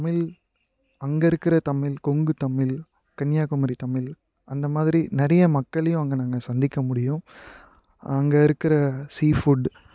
தமிழ் அங்கே இருக்கிற தமிழ் கொங்குத் தமிழ் கன்னியாகுமரி தமிழ் அந்த மாதிரி நிறைய மக்களையும் அங்கே நாங்கள் சந்திக்க முடியும் அங்கே இருக்கிற சீஃபுட்